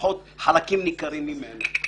לפחות חלקים ניכרים ממנו.